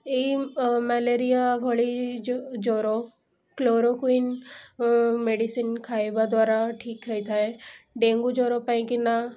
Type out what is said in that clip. ଏଇ ମ୍ୟାଲେରିୟା ଭଳି ଜ୍ୱର କ୍ଲୋରୋକୁଇନ୍ ମେଡ଼ିସିନ୍ ଖାଇବା ଦ୍ୱାରା ଠିକ୍ ହେଇଥାଏ ଡେଙ୍ଗୁ ଜ୍ୱର ପାଇଁକିନା